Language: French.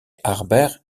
harbert